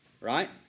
Right